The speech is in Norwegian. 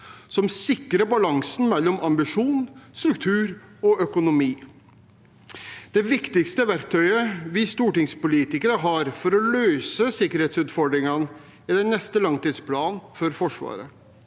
som sikrer balansen mellom ambisjon, struktur og økonomi. Det viktigste verktøyet vi stortingspolitikere har for å løse sikkerhetsutfordringene, er den neste langtidsplanen for Forsvaret.